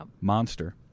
Monster